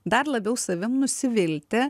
dar labiau savim nusivilti